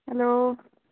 hello